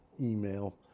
email